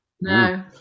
no